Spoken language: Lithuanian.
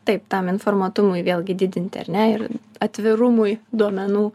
taip tam informuotumui vėlgi didint ar ne ir atvirumui duomenų